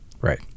Right